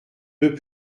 deux